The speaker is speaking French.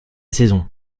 saison